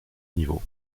niveau